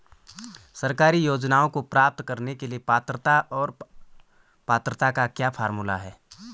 सरकारी योजनाओं को प्राप्त करने के लिए पात्रता और पात्रता का क्या फार्मूला है?